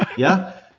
yeah?